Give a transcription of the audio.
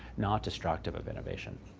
not destructive of innovation.